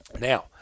Now